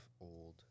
old